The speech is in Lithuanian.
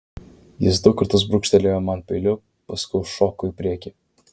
jis du kartus brūkštelėjo man peiliu paskui šoko į priekį